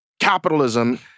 capitalism